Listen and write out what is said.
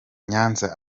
nyanza